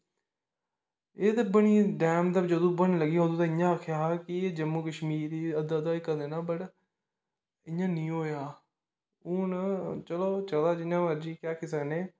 एह् ते बनी डैम ते जंदू बनन लग्गेआ अंदू ते इयां आखेआ हा कि जम्मू कशमीर अद्धा अद्धा हिस्सा देना बट इयां नेई होआ हून चलो चला दा जियां मर्जी केह् आक्खी सकने